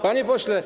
Panie Pośle!